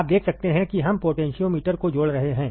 आप देख सकते हैं कि हम पोटेंशियोमीटर को जोड़ रहे हैं